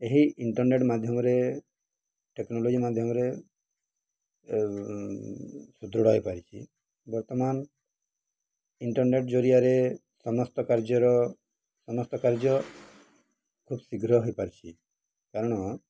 ଏହି ଇଣ୍ଟର୍ନେଟ୍ ମାଧ୍ୟମରେ ଟେକ୍ନୋଲୋଜି ମାଧ୍ୟମରେ ସୁଦୃଢ଼ ହୋଇପାରିଛିି ବର୍ତ୍ତମାନ ଇଣ୍ଟର୍ନେଟ୍ ଜରିଆରେ ସମସ୍ତ କାର୍ଯ୍ୟର ସମସ୍ତ କାର୍ଯ୍ୟ ଖୁବ୍ ଶୀଘ୍ର ହୋଇପାରଛି କାରଣ